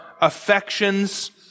affections